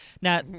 Now